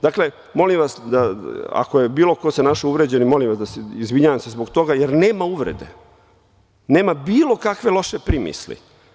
Dakle, molim vas, ako se bilo ko našao uvređenim, izvinjavam se zbog toga jer nema uvrede, nema bilo kakve loše primisli.